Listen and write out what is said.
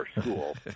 school